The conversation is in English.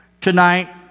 tonight